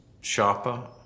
sharper